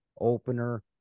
opener